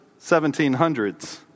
1700s